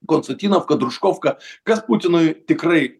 konstantiną kadruškofką kas putinui tikrai